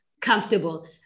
comfortable